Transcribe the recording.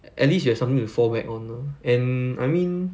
at least you have something to fall back on ah and I mean